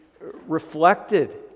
reflected